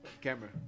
Camera